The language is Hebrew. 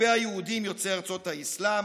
כלפי היהודים יוצאי ארצות האסלאם,